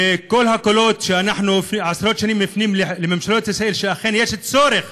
וכל הקולות שעשרות שנים אנחנו מפנים לממשלות ישראל שאכן יש צורך